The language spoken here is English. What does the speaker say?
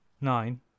nine